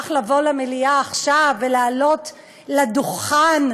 שטרח לבוא למליאה עכשיו ולעלות לדוכן,